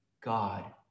God